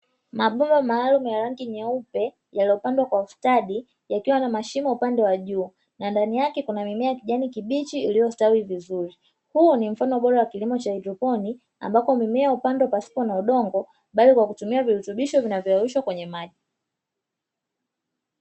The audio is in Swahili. Mabomba maalumu ya rangi nyeupe yaliyopangwa kwa ustadi yakiwa na mashimo upande wa juu, na ndani yake kuna mimea ya kijani kibichi iliyostawi vizuri. Huu ni mfano bora wa kilimo cha haidroponi ambapo mimea hupandwa pasipo na udongo, bali kwa kutumia virutubisho vinavyoyeyushwa kwenye maji.